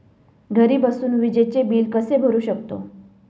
घरी बसून विजेचे बिल कसे भरू शकतो?